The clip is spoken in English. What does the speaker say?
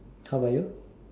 how about you